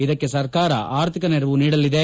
ಇದಕ್ಕೆ ಸರ್ಕಾರ ಆರ್ಥಿಕ ನೆರವು ನೀಡಲಿದೆ